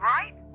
Right